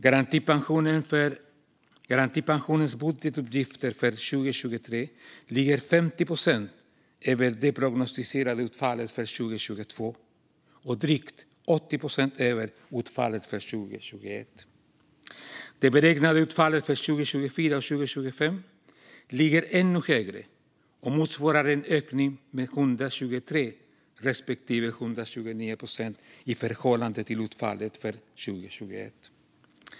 Garantipensionens budgetutgifter för 2023 ligger 50 procent över det prognostiserade utfallet för 2022 och drygt 80 procent över utfallet för 2021. Det beräknade utfallet för 2024 och 2025 ligger ännu högre och motsvarar en ökning med 123 respektive 129 procent i förhållande till utfallet för 2021.